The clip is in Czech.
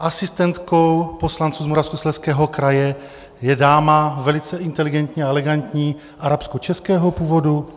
Asistentkou poslanců z Moravskoslezského kraje je dáma velice inteligentní a elegantní arabskočeského původu.